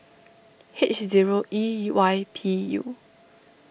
H zero E Y P U